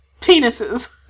penises